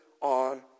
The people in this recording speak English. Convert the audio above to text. on